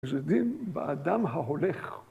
שדים באדם ההולך